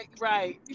Right